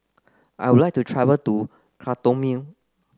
I would like to travel to Khartoum